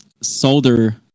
solder